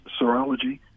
serology